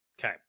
Okay